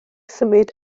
symud